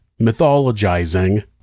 mythologizing